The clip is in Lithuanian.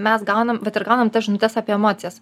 mes gaunam vat ir gaunam tas žinutes apie emocijas